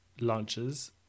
launches